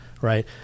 right